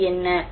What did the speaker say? அவை என்ன